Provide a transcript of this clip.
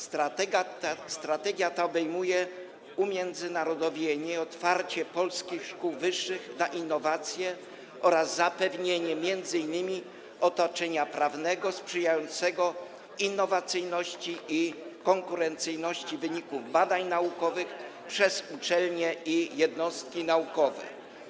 Strategia ta obejmuje umiędzynarodowienie i otwarcie polskich szkół wyższych na innowacje oraz zapewnienie m.in. otoczenia prawnego sprzyjającego innowacyjności i konkurencyjności wyników badań naukowych przez uczelnie i jednostki naukowe.